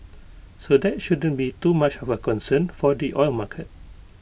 so that shouldn't be too much of A concern for the oil market